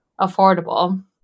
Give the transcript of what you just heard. affordable